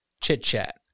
chit-chat